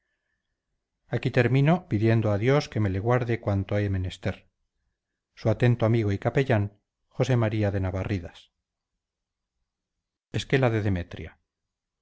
aquí termino pidiendo a dios que me le guarde cuanto he menester su atento amigo y capellán josé m de navarridas esquela de demetria